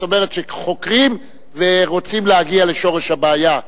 זאת אומרת שחוקרים ורוצים להגיע לשורש הבעיה,